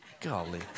Golly